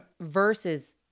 Versus